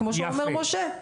כמו שאומר משה?